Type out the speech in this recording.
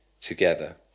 together